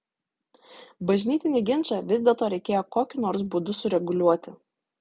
bažnytinį ginčą vis dėlto reikėjo kokiu nors būdu sureguliuoti